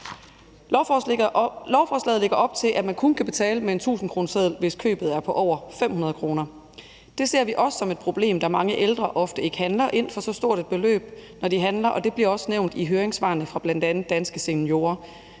Lovforslaget lægger op til, at man kun kan betale med en tusindkroneseddel, hvis købet er på over 500 kr. Det ser vi også som et problem, da mange ældre ofte ikke handler ind for så stort et beløb, når de handler, og det bliver også nævnt i høringssvarene fra bl.a. Danske Seniorer.